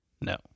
No